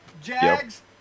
Jags